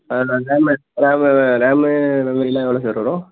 ஆ RAM RAM RAM மெமரிலாம் எவ்வளோ sir வரும்